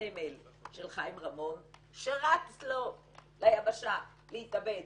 הסמל של חיים רמון, שרץ לו ליבשה להתאבד.